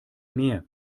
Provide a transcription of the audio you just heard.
mehr